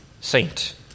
saint